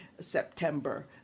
September